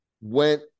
went